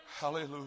Hallelujah